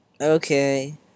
Okay